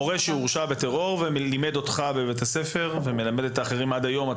מורה שהורשע בטרור ולימד אותך בבית הספר ומלמד אחרים עד היום.